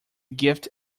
gift